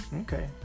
Okay